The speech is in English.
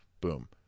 boom